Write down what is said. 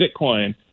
Bitcoin